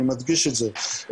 אני מדגיש את זה,